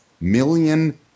million